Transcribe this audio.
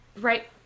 right